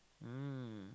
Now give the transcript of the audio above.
mm